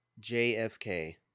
JFK